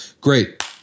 great